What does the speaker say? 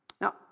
Now